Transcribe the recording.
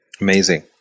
Amazing